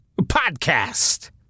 Podcast